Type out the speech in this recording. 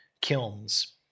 kilns